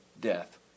death